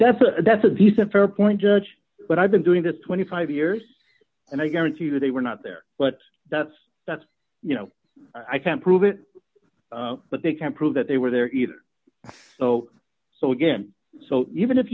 that's a that's a decent fair point judge but i've been doing this twenty five years and i guarantee you they were not there but that's that's you know i can't prove it but they can't prove that they were there either so so again so even if